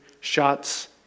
shots